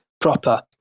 proper